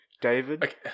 David